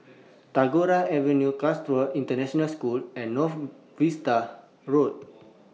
Tagore Avenue Chatsworth International School and North Vista Road